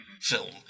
film